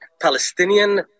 Palestinian